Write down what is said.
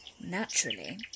naturally